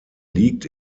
liegt